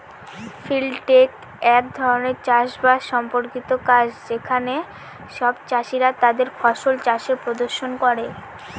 field day এক ধরনের চাষ বাস সম্পর্কিত কাজ যেখানে সব চাষীরা তাদের ফসল চাষের প্রদর্শন করে